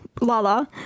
Lala